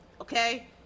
okay